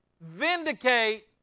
vindicate